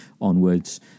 onwards